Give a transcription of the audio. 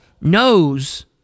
...knows